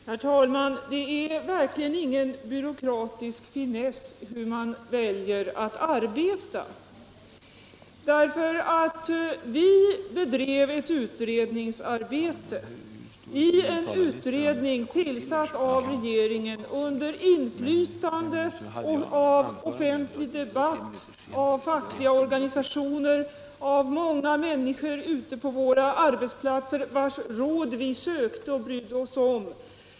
Herr talman! Det är verkligen ingen byråkratisk finess hur man väljer att arbeta. Vi bedrev arbetet i en av regeringen tillsatt utredning under inflytande av offentlig debatt, av fackliga organisationer och av många människor ute på arbetsplatserna, vilkas råd vi sökte och brydde oss om.